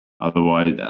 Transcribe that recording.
Otherwise